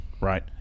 right